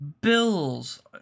bills